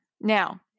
Now